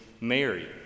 Mary